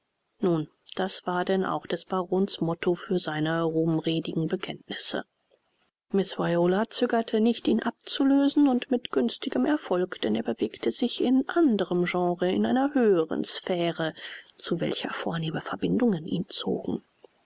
nun das war denn auch des barons motto für seine ruhmredigen bekenntnisse miß viola zögerte nicht ihn abzulösen und mit günstigem erfolg denn er bewegte sich in anderem genre in einer höheren sphäre zu welcher vornehme verbindungen ihn zogen